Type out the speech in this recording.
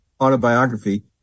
autobiography